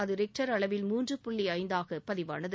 அது ரிக்டர் அளவில் மூன்று புள்ளி ஐந்தாக பதிவானது